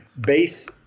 base